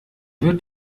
wird